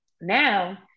now